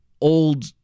old